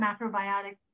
macrobiotic